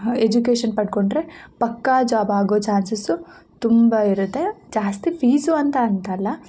education ಪಡ್ಕೊಂಡರೆ ಪಕ್ಕಾ job ಆಗೋ ಚಾನ್ಸ್ಸ್ಸು ತುಂಬ ಇರುತ್ತೆ ಜಾಸ್ತಿ ಫೀಸು ಅಂತ ಅಂತಲ್ಲ